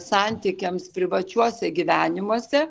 santykiams privačiuose gyvenimuose